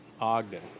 ogden